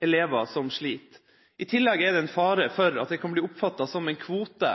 elever som sliter. I tillegg er det fare for at det kan bli oppfattet som en kvote